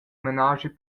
menaschi